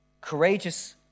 Courageous